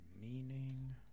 Meaning